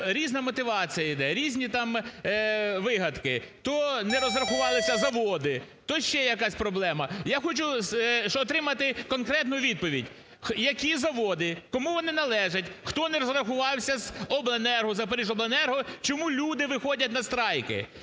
різна мотивація іде, різні там вигадки: то не розрахувалися заводи, то ще якась проблема. Я хочу отримати конкретну відповідь: які заводи, кому вони належать, хто не розраховувався з обленерго, з "Запоріжжяобленерго", чому люди виходять на страйки.